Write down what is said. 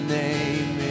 name